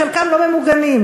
חלקם לא ממוגנים.